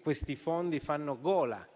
questi fondi fanno gola